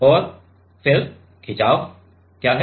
और फिर खिंचाव क्या है